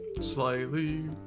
slightly